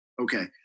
Okay